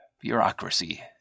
Bureaucracy